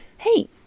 Hey